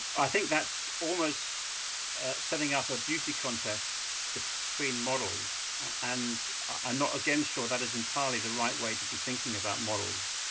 i think that's almost setting up a beauty contest between models. and i'm not, again, sure that is entirely the right way to be thinking about models.